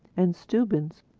and stubbins,